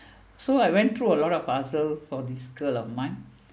so I went through a lot of puzzle for this girl of mine